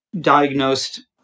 diagnosed